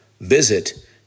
Visit